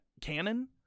canon